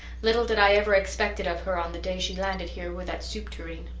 little did i ever expect it of her on the day she landed here with that soup tureen.